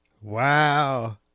Wow